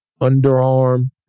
underarm